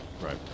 Right